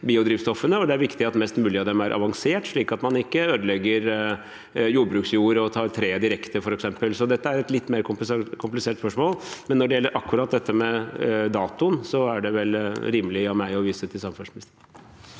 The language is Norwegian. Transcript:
og det er viktig at flest mulig av dem er avanserte, slik at man ikke ødelegger jordbruksjord og treet direkte. Så dette er et litt mer komplisert spørsmål. Men når det gjelder akkurat det med datoen, er det vel rimelig av meg å henvise til samferdselsministeren.